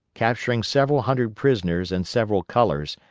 capturing several hundred prisoners and several colors,